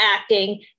acting